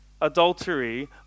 adultery